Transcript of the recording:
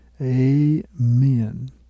Amen